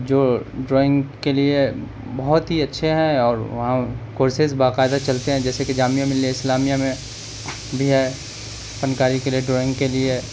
جو ڈرائنگ کے لیے بہت ہی اچھے ہیں اور وہاں کورسز باقاعدہ چلتے ہیں جیسے کہ جامعہ ملیہ اسلامیہ میں بھی ہے فنکاری کے لیے ڈرائنگ کے لیے